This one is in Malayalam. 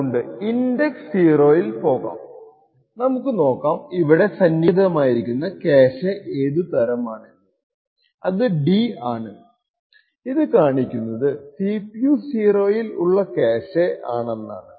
അതുകൊണ്ട് ഇൻഡക്സ് 0 ൽ പോകാം നമുക്ക് നോക്കാം ഇവിടെ സന്നിഹിതമായിരിക്കുന്ന ക്യാഷെ ഏതു തരമാണെന്ന് അത് D ആണ് ഇത് കാണിക്കുന്നത് CPU 0 ൽ ഉള്ള ക്യാഷെ ആണെന്നാണ്